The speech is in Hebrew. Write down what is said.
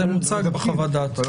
זה נמצא בחוות הדעת.